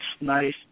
nice